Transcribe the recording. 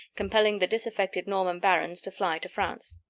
compelling the disaffected norman barons to fly to france.